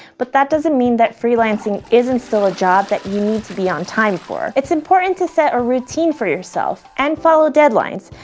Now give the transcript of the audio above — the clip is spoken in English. but that doesn't mean that freelancing isn't still a job that you need to be on time for. it's important to set a routine for yourself and follow deadlines,